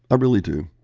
i really do.